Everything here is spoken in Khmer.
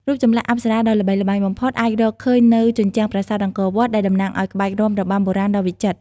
រូបចម្លាក់អប្សរាដ៏ល្បីល្បាញបំផុតអាចរកឃើញនៅជញ្ជាំងប្រាសាទអង្គរវត្ត ដែលតំណាងឱ្យក្បាច់រាំរបាំបុរាណដ៏វិចិត្រ។